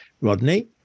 Rodney